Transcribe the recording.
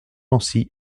lancy